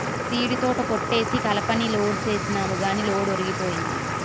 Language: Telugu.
సీడీతోట కొట్టేసి కలపని లోడ్ సేసినాము గాని లోడు ఒరిగిపోయింది